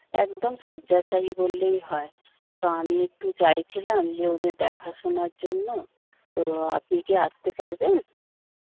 একদম শয্যাশায়ী বললেই হয় তো আমি একটু চাইছিলাম যে ওদের দেখাশোনার জন্য তো আপনি কি আসতে পারবেন